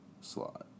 slot